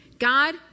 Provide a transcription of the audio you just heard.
God